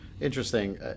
Interesting